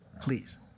please